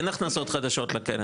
אין הכנסות חדשות לקרן.